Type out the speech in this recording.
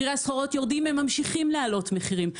מחירי הסחורות יורדים, הם ממשיכים להעלות מחירים.